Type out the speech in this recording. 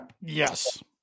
Yes